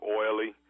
oily